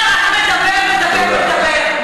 אתה אפס מאופס.